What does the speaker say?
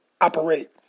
operate